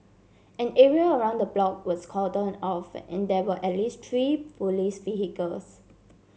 an area around the block was cordon off and there were at least three police vehicles